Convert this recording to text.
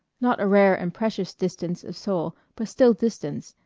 not a rare and precious distance of soul but still distance,